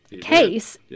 case